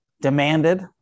demanded